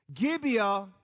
Gibeah